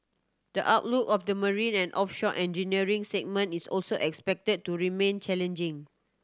the outlook of the marine and offshore engineering segment is also expected to remain challenging